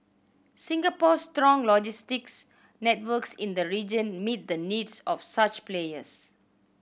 Singapore's strong logistics networks in the region meet the needs of such players